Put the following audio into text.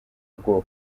ubwoba